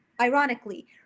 ironically